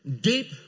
deep